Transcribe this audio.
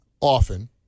often